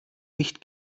nicht